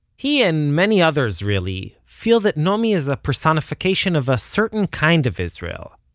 he, and many others really, feel that naomi is a personification of a certain kind of israel,